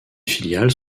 filiales